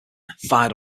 fired